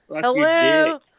hello